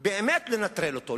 באמת לנטרל אותו,